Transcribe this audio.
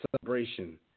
celebration